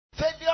Failure